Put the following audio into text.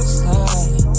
slide